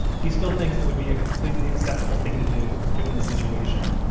he still thinks it would be a completely acceptable thing to do, given the situation,